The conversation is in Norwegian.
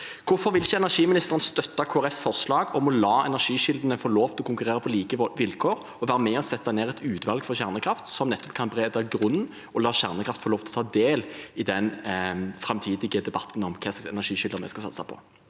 Hvorfor vil ikke energiministeren støtte Kristelig Folkepartis forslag om å la energikildene få lov til å konkurrere på like vilkår og være med og sette ned et utvalg for kjernekraft, som nettopp kan berede grunnen, og slik la kjernekraft få lov til å være en del av den framtidige debatten om hvilke energikilder vi skal satse på?